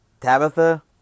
Tabitha